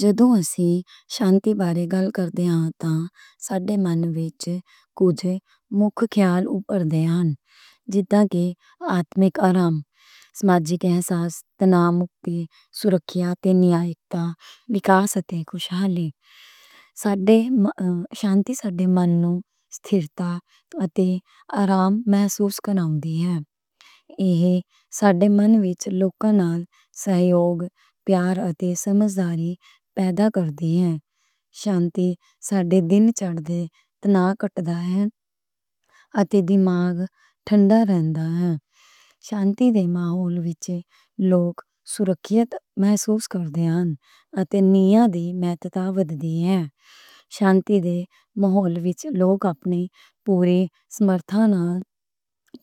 جدوں اسی شانتی بارے گَل کردے ہاں تاں، ساڈے من وچ کُجھ مکھی خیال اُبھردے ہن۔ جدّا کہ آتمک آرام، سماجک احساس، تناؤ مُکتی، سُرَکھِت تے نیائے، وِکاس تے خوشحالی۔ ساڈی شانتی ساڈے منوں استھِرتا تے آرام محسوس کردی ہے۔ ایہ ساڈے من وچ لوکاں نال سہیوگ، پیار تے سمجھداری پیدا کردی ہے۔ شانتی ساڈے دن چڑھدے تناؤ گھٹدا ہے تے دماغ ٹھنڈا رہندا ہے۔ شانتی دے ماحول وچ لوک سُرَکھِت محسوس کردے ہن تے نیائے دی اہمِیت ودھ دی ہے۔ شانتی دے ماحول وچ لوک اپنی پوری سمرتھا نال